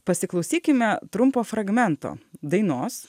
pasiklausykime trumpo fragmento dainos